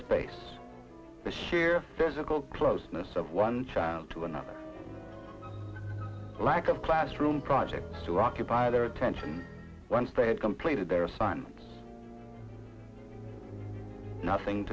space the sheer physical closeness of one child to another lack of classroom project to occupy their attention once they had completed their son nothing